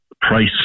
price